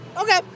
Okay